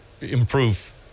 improve